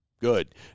Good